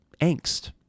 angst